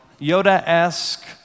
Yoda-esque